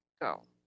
go